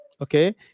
Okay